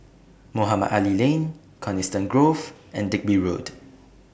Mohamed Ali Lane Coniston Grove and Digby Road